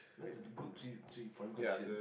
that's a good three three point question